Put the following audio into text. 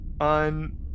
on